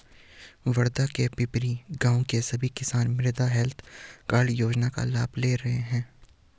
वर्धा के पिपरी गाँव के सभी किसान मृदा हैल्थ कार्ड योजना का लाभ ले रहे हैं